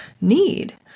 need